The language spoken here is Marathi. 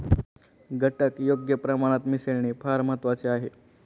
घटक योग्य प्रमाणात मिसळणे फार महत्वाचे आहे